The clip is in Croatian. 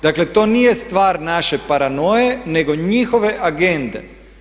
Dakle, to nije stvar naše paranoje nego njihove agende.